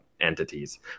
entities